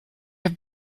have